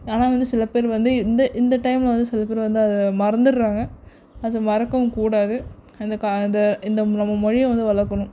ஆனால் வந்து சில பேர் வந்து இந்த இந்த டைமில் வந்து சில பேர் வந்து அதை மறந்துடுறாங்க அது மறக்கவும் கூடாது அந்த அந்த இந்த நம்ம மொழியை வந்து வளர்க்கணும்